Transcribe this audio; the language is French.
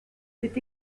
c’est